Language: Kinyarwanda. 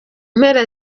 mpera